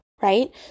right